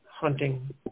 hunting